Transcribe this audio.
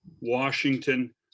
washington